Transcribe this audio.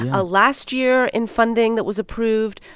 ah last year, in funding that was approved,